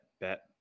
bet